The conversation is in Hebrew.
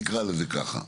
תקרא לזה ככה.